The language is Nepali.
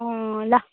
ल